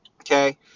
Okay